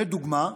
לדוגמה,